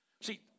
See